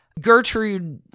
Gertrude